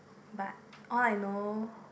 but all I know